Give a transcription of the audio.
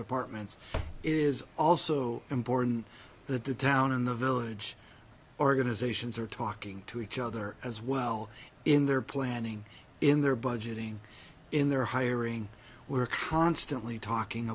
departments is also important that the town in the village organizations are talking to each other as well in their planning in their budgeting in their hiring we're constantly talking